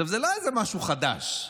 זה לא משהו חדש,